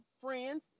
friends